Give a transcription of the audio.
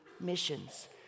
Missions